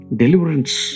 deliverance